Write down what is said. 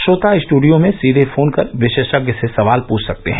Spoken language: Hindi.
श्रोता स्टडियो में सीधे फोन कर विशेषज्ञ से सवाल पृष्ठ सकते हैं